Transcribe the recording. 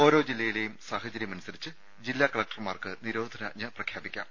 ഓരോ ജില്ലയിലേയും സാഹചര്യമനുസരിച്ച് ജില്ലാ കലക്ടർമാർക്ക് നിരോധനാജ്ഞ പ്രഖ്യാപിക്കാം